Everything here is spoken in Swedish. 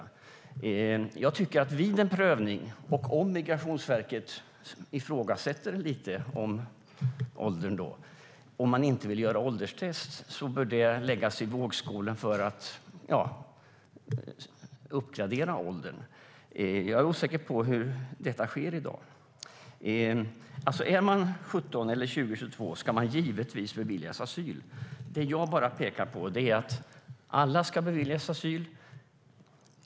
Om man inte vill göra ett ålderstest vid en prövning, och om Migrationsverket ifrågasätter åldern, bör det läggas i vågskålen för att uppgradera åldern. Jag är osäker på hur detta sker i dag. Oavsett om man är 17, 20 eller 22 ska man givetvis beviljas asyl. Jag pekar bara på att alla ska beviljas asyl.